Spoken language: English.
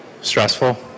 stressful